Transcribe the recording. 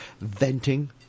venting